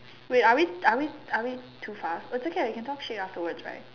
wait are we are we are we too fast it's okay ah we can talk shit afterwards right